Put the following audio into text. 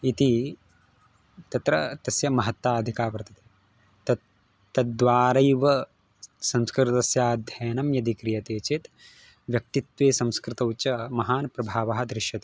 इति तत्र तस्य महत्ता अधिका वर्तते तत् तद्वारैव संस्कृतस्याध्ययनं यदि क्रियते चेत् व्यक्तित्वे संस्कृतौ च महान् प्रभावः दृश्यते